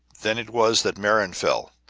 then it was that merron fell,